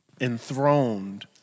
enthroned